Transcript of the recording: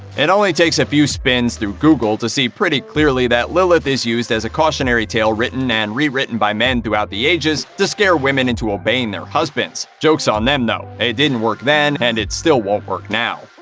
it only takes a few spins through google to see pretty clearly that lilith is used as a cautionary tale written and re-written by men throughout the ages, to scare women into obeying their husbands. joke's on them though. it didn't work then, and it still won't work now.